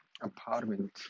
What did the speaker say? apartment